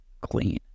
clean